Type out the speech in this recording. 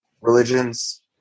religions